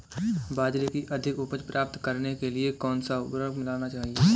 बाजरे की अधिक उपज प्राप्त करने के लिए कौनसा उर्वरक मिलाना चाहिए?